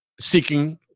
seeking